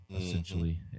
essentially